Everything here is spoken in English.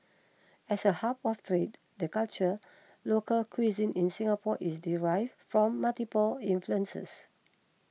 as a hub for freed the culture local cuisine in Singapore is derived from multiple influences